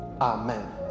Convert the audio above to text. Amen